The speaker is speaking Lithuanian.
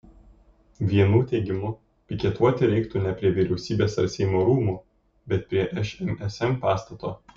vienų teigimu piketuoti reiktų ne prie vyriausybės ar seimo rūmų bet prie šmsm pastato